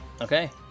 Okay